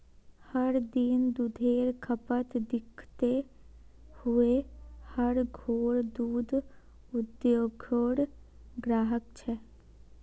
हर दिन दुधेर खपत दखते हुए हर घोर दूध उद्द्योगेर ग्राहक छे